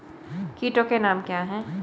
कीटों के नाम क्या हैं?